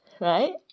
right